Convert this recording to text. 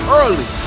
early